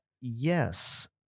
Yes